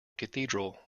cathedral